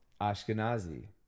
ashkenazi